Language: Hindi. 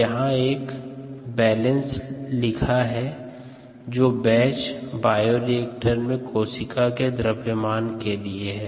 यहाँ कोशिका पर बैलेंस लिखा जा रहा हैं जो बैच बायोरिएक्टर में कोशिका के द्रव्यमान के लिए है